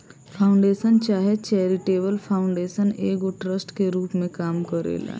foundation चाहे charitable foundation एगो trust के रूप में काम करेला